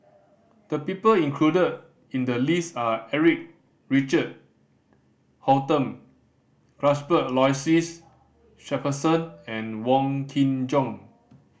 the people included in the list are Eric Richard Holttum Cuthbert Aloysius Shepherdson and Wong Kin Jong